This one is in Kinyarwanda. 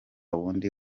wundi